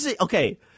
okay